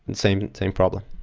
and same same problem.